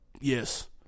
Yes